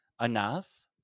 enough